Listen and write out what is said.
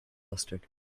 mustard